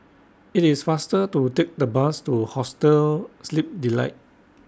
IT IS faster to Take The Bus to Hostel Sleep Delight